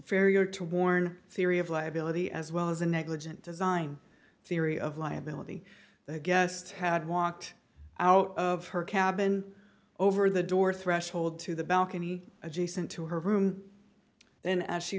very or to warn theory of liability as well as the negligent design theory of liability the guest had walked out of her cabin over the door threshold to the balcony adjacent to her room